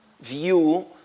view